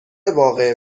واقعه